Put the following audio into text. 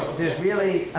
there's really,